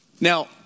Now